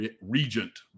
regent